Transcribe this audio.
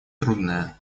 трудное